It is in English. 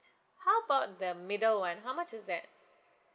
how about the middle [one] how much is that